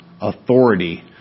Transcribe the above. authority